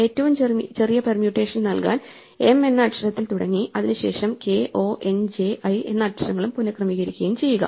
ഏറ്റവും ചെറിയ പെർമ്യൂട്ടേഷൻ നൽകാൻ m എന്ന അക്ഷരത്തിൽ തുടങ്ങി അതിനു ശേഷം k o n j i എന്ന അക്ഷരങ്ങളും പുനഃക്രമീകരിക്കുകയും ചെയ്യുക